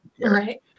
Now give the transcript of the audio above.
right